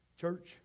Church